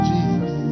Jesus